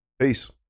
Peace